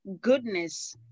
goodness